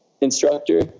instructor